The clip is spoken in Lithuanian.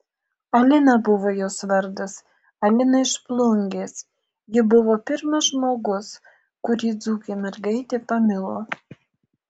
alina buvo jos vardas alina iš plungės ji buvo pirmas žmogus kurį dzūkė mergaitė pamilo